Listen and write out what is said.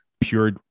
pure